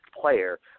player